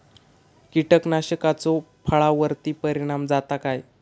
कीटकनाशकाचो फळावर्ती परिणाम जाता काय?